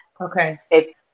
Okay